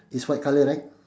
it's white colour right